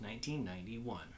1991